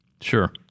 Sure